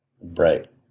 Right